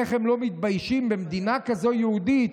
איך הם לא מתביישים במדינה כזאת, יהודית,